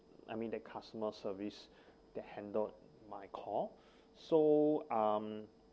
I mean the customer service that handled my call so um